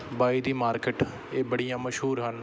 ਬਾਈ ਦੀ ਮਾਰਕੀਟ ਇਹ ਬੜੀਆਂ ਮਸ਼ਹੂਰ ਹਨ